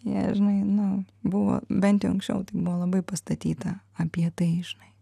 ir žinai nu buvo bent jau anksčiau buvo labai pastatyta apie tai žinai